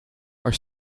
are